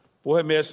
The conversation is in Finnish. puhemies